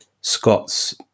Scott's